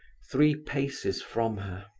three paces from her.